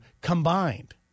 combined